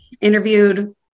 interviewed